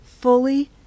fully